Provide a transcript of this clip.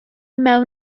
mewn